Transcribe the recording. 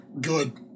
Good